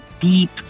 deep